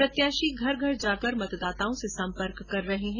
प्रत्याशी घर घर जाकर मतदाताओं से सम्पर्क कर रहे है